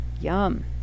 Yum